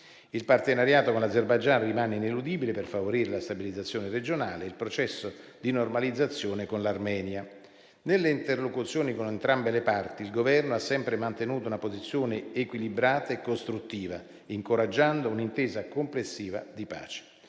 Il partenariato con l'Azerbaigian rimane ineludibile per favorire la stabilizzazione regionale e il processo di normalizzazione con l'Armenia. Nelle interlocuzioni con entrambe le parti, il Governo ha sempre mantenuto una posizione equilibrata e costruttiva, incoraggiando un'intesa complessiva di pace.